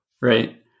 right